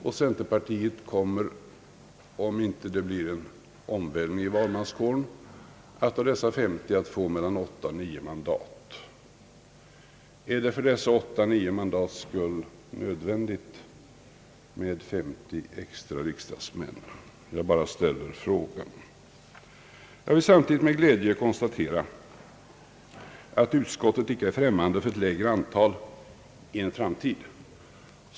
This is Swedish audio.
Om det inte blir en omvälvning i valmanskåren, kommer centerpartiet att av dessa 50 få mellan åtta och nio mandat. Är det för dessa åtta, nio mandats skull nödvändigt med 50 extra riksdagsmän? Jag bara ställer frågan. Med glädje har jag konstaterat att utskottet icke är främmande för ett lägre antal — i en framtid.